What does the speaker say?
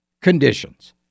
conditions